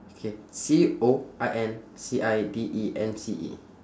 okay C O I N C I D E N C E